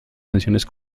tensiones